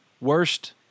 Worst